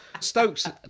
Stokes